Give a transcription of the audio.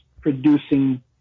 producing